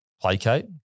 placate